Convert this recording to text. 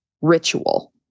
ritual